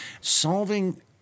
Solving